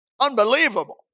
Unbelievable